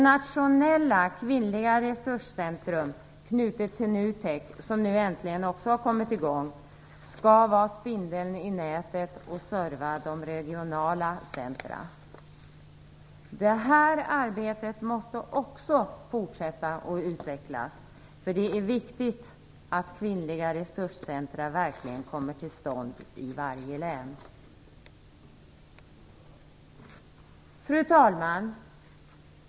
NUTEK, som nu äntligen har kommit i gång skall vara spindeln i nätet och "serva" regionala centra. Det här arbetet måste också fortsätta att utvecklas. Det är viktigt att kvinnliga resurscentra verkligen kommer till stånd i varje län. Fru talman!